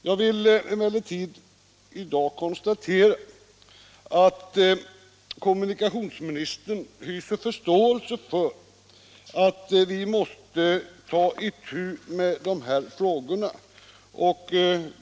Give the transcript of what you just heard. Jag vill emellertid i dag konstatera att kommunikationsministern hyser 139 förståelse för att vi måste ta itu med dessa frågor.